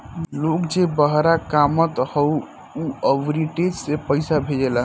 लोग जे बहरा कामत हअ उ आर्बिट्रेज से पईसा भेजेला